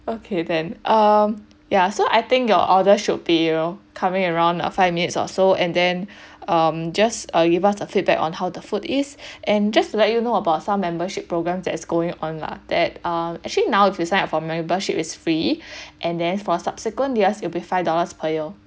okay then um yeah so I think your order should be you know coming around err five minutes or so and then um just uh we want the feedback on how the food is and just to let you know about some membership programs that is going on lah that um actually now if you sign up for membership is free and then for subsequent years it'll be five dollars per year